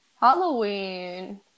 Halloween